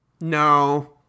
No